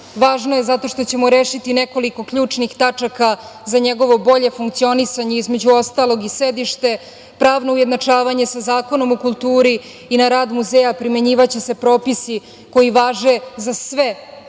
Važno je zato što ćemo rešiti nekoliko ključnih tačaka za njegovo bolje funkcionisanje, između ostalog, i sedište, pravno ujednačavanje sa Zakonom o kulturi i na rad muzeja primenjivaće se propisi koji važe za sve